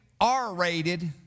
R-rated